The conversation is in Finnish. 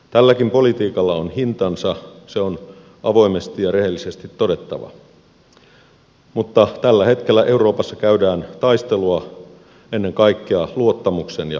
tälläkin politiikalla on hintansa se on avoimesti ja rehellisesti todettava mutta tällä hetkellä euroopassa käydään taistelua ennen kaikkea luottamuksen ja epäluottamuksen välillä